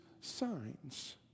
signs